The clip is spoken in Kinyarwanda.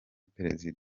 perezida